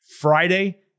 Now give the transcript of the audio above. Friday